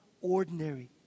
ordinary